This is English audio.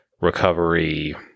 recovery